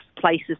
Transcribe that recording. places